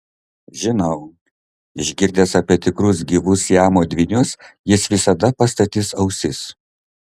žinau išgirdęs apie tikrus gyvus siamo dvynius jis visada pastatys ausis